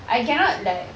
I cannot like